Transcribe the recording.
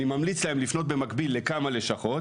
אני ממליץ להם לפנות במקביל לכמה לשכות